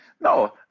No